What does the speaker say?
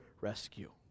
rescue